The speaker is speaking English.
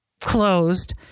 closed